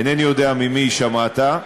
אינני יודע ממי שמעת,